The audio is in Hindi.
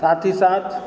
साथ ही साथ